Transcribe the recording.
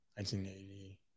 1980